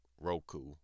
Roku